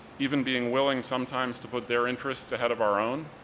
even being willing sometimes to put their interests ahead of our own,